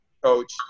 coach